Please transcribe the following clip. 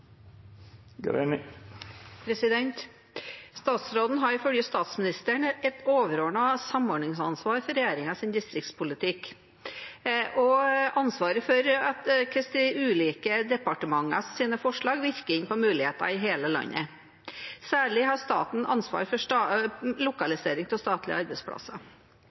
Statsråden har ifølge statsministeren et overordnet samordningsansvar for regjeringens distriktspolitikk og ansvaret for hvordan de ulike departementenes forslag virker inn på muligheter i hele landet. Særlig har staten ansvar for lokalisering av statlige arbeidsplasser.